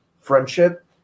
friendship